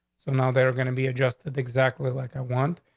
so now they're going to be adjusted exactly like i want,